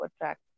attract